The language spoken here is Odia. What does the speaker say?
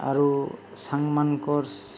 ଆରୁ ସାଙ୍ଗମାନଙ୍କର୍